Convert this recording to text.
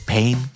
Pain